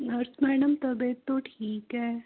nurse madam तबीयत तो ठीक है